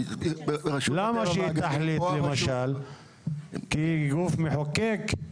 למה שהיא תחליט, כי היא גוף מחוקק?